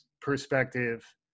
perspective